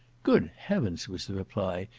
good heaven! was the reply,